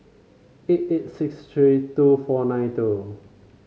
eight eight six three two four nine two